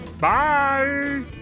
Bye